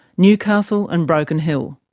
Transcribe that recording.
newcastle and broken hill.